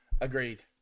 agreed